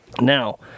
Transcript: Now